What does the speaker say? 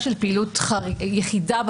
השעה 09:30,